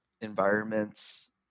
environments